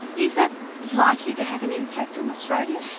is that likely to have an impact in australia?